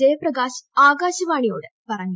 ജയപ്രകാശ് ആകാശവാണിയോട് പറഞ്ഞു